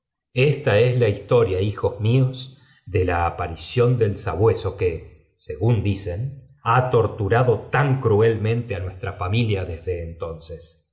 esta es la historia hijos míos de la aparición i t del sabueso que según dicen ha torturado tan f cruelmente á nuestra familia desde entonces